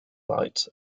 lite